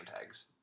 tags